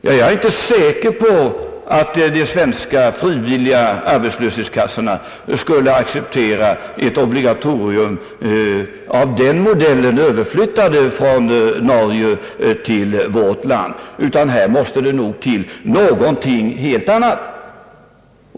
Jag är inte säker på att de svenska frivilliga arbetslöshetskassorna skulle acceptera ett obligatorium av den modellen, överflyttat från Norge till vårt land, utan här krävs nog något helt annat.